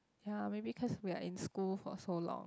ya maybe cause we are in school for so long